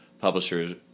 publishers